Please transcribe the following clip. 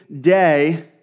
day